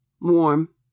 Warm